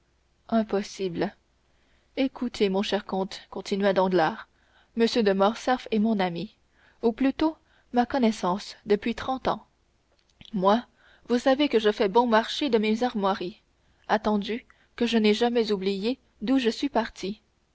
impossible écoutez mon cher comte continua danglars m de morcerf est mon ami ou plutôt ma connaissance depuis trente ans moi vous savez que je fais bon marché de mes armoiries attendu que je n'ai jamais oublié d'où je suis parti